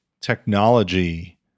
technology